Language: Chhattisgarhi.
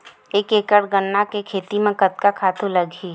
एक एकड़ गन्ना के खेती म कतका खातु लगही?